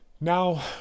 Now